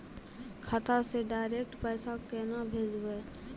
खाता से डायरेक्ट पैसा केना भेजबै?